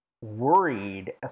worried